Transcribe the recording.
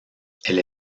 elle